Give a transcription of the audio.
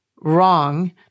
wrong